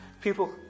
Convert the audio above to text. people